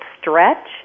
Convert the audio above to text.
stretch